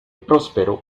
próspero